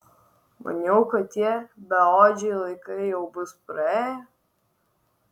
maniau kad tie beodžiai laikai jau bus praėję